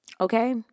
Okay